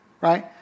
Right